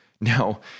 Now